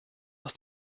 aus